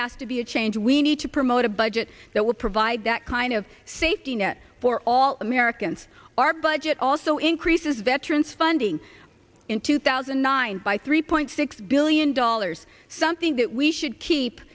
has to be a change when to promote a budget that will provide that kind of safety net for all americans our budget also increases veterans funding in two thousand and nine by three point six billion dollars something that we should keep